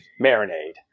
marinade